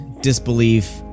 disbelief